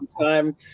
time